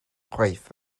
chwaith